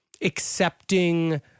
accepting